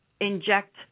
inject